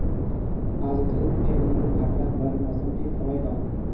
आज धूप हे मोर भांटा बार मौसम ठीक हवय कौन?